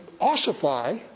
ossify